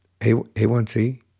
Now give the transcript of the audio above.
A1C